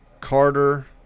carter